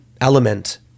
element